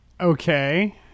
Okay